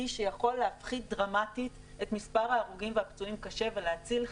שיכול להפחית דרמטית את מספר ההרוגים והפצועים קשה ולהציל חיים,